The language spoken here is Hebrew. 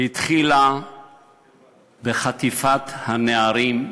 התחילה בחטיפת הנערים.